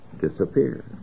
disappear